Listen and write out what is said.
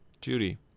Judy